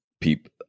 people